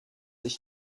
ich